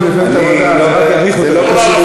אני לא,